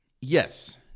yes